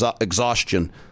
exhaustion